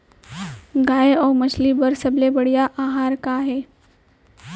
गाय अऊ मछली बर सबले बढ़िया आहार का हे?